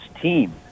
team